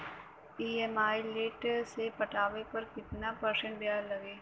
EMI late से पटावे पर कितना परसेंट ब्याज लगी?